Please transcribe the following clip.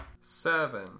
Seven